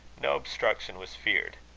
no obstruction was feared.